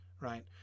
right